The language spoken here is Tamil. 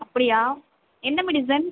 அப்படியா என்ன மெடிசன்